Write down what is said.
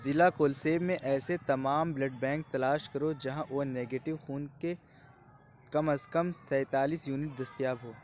ضلع کولسیب میں ایسے تمام بلڈ بینک تلاش کرو جہاں او نیگیٹیو خون کے کم از کم سینتالیس یونٹ دستیاب ہو